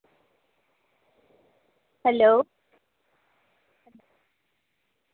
hello